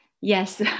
yes